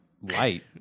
light